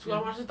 then